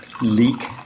leek